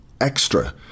extra